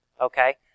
okay